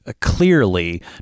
clearly